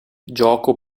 gioco